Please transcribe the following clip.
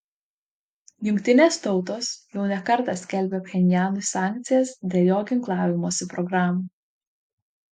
jungtinės tautos jau ne kartą skelbė pchenjanui sankcijas dėl jo ginklavimosi programų